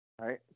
Right